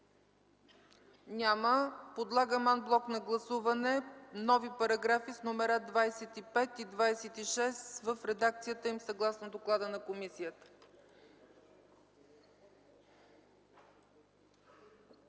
Няма. Подлагам ан блок на гласуване нови параграфи с номера 25 и 26 в редакцията им, съгласно доклада на комисията.